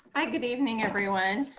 hi, good evening everyone.